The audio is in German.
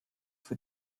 für